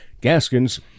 Gaskins